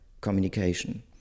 communication